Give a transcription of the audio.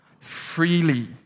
freely